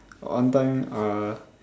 got one time uh